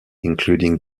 including